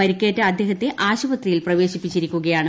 പരിക്കേറ്റ അദ്ദേഹത്തെ ആശുപത്രിയിൽ പ്രവേശി പ്പിച്ചിരിക്കുകയാണ്